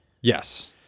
Yes